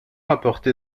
apporté